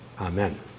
Amen